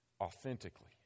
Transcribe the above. authentically